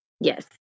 Yes